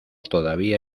todavía